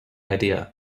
idea